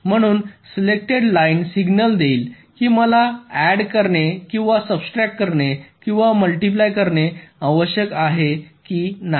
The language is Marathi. म्हणून सिलेक्टेड लाईन्स सिग्नल देईल की मला ऍड करणे किंवा सब्स्ट्रॅकट करणे किंवा मल्टिप्लाय करणे आवश्यक आहे की नाही